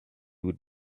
would